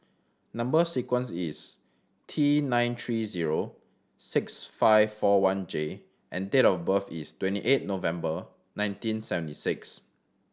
number sequence is T nine three zero six five four one J and date of birth is twenty eight November nineteen seventy six